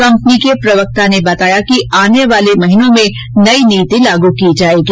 company के प्रवक्ता ने बताया कि आने वाले महीनों में नई नीति लागू की जायेगी